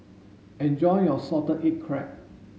enjoy your salted egg crab